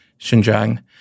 Xinjiang